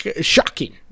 shocking